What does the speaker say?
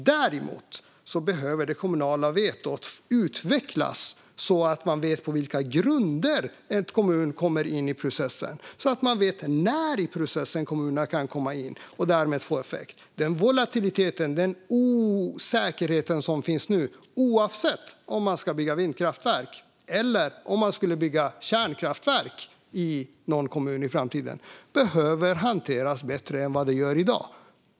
Det kommunala vetot behöver dock utvecklas så att man vet på vilka grunder en kommun kommer in i processen och när i processen kommunerna kan komma in så att det får effekt. Den volatilitet och den osäkerhet som finns nu, oavsett om det handlar om att bygga vindkraftverk eller kärnkraftverk i någon kommun i framtiden, behöver hanteras bättre än i dag.